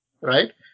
right